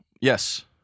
yes